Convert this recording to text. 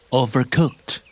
overcooked